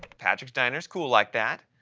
patrick's diner is cool like that,